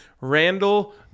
randall